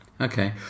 Okay